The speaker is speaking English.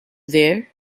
there